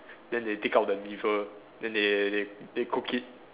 then they take out the liver then they they they cook it